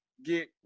Get